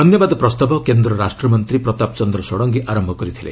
ଧନ୍ୟବାଦ ପ୍ରସ୍ତାବ କେନ୍ଦ୍ର ରାଷ୍ଟ୍ରମନ୍ତ୍ରୀ ପ୍ରତାପ ଚନ୍ଦ୍ର ଷଡ଼ଙ୍ଗୀ ଆରମ୍ଭ କରିଥିଲେ